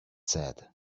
said